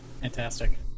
Fantastic